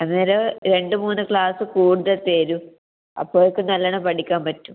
അന്നേരം രണ്ട് മൂന്ന് ക്ലാസ് കൂടുതൽ തരും അപ്പോഴേക്കും നല്ലവണ്ണം പഠിക്കാൻ പറ്റും